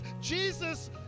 Jesus